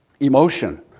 Emotion